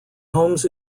homes